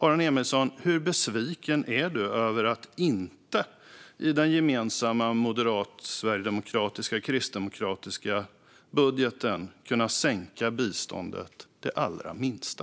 Hur besviken är du, Aron Emilsson, över att inte i den gemensamma moderata, sverigedemokratiska och kristdemokratiska budgeten kunna sänka biståndet det allra minsta?